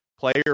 player